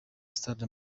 stade